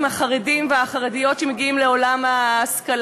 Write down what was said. החרדים והחרדיות שמגיעים לעולם ההשכלה,